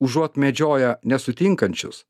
užuot medžioję nesutinkančius